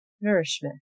nourishment